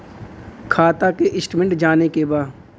खाता के स्टेटमेंट जाने के बा?